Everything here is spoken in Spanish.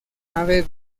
nave